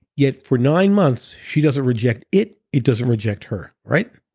yet for nine months she doesn't reject it. it doesn't reject her. right?